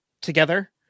together